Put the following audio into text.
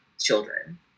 children